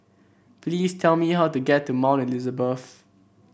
please tell me how to get to Mount Elizabeth